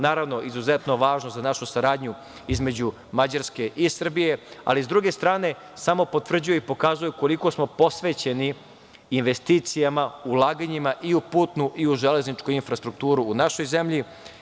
Naravno, izuzetno važno za našu saradnju između Mađarske i Srbije, ali s druge strane samo potvrđuje i pokazuje koliko smo posvećeni investicijama, ulaganjima i u putnu i u železničku infrastrukturu u našoj zemlji.